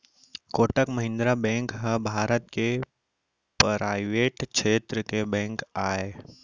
Kotak Mahindra bank ह भारत के private छेत्र के बेंक आय